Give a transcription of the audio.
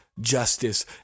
justice